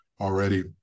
already